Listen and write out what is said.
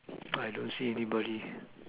I don't see anybody